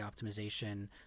optimization